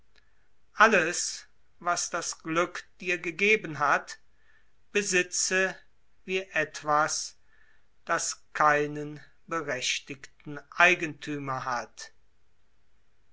alles was das glück dir gegeben hat besitze wie etwas das keinen berechtigten eigenthümer hat